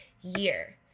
year